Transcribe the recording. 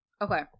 Okay